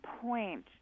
point